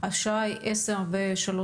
השעה היא 10:03,